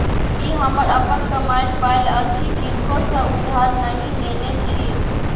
ई हमर अपन कमायल पाय अछि किनको सँ उधार नहि नेने छी